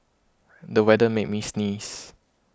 the weather made me sneeze